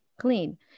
clean